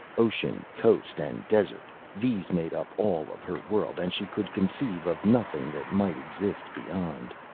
ocean, coast and desert, these made up all of her world and she could conceive of nothing that might exist beyond.